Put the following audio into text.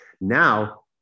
Now